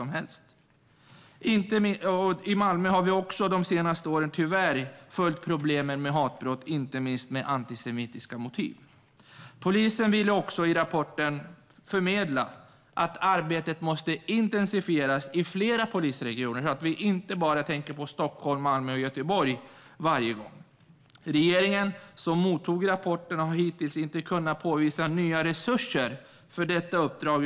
Malmö har de senaste åren tyvärr haft problem med hatbrott, inte minst med antisemitiska motiv. I rapporten förmedlar polisen att arbetet måste intensifieras i flera polisregioner. Vi ska inte tänka bara på Stockholm, Malmö och Göteborg varje gång. Regeringen, som mottog rapporten, har hittills inte kunnat visa på nya resurser för detta uppdrag.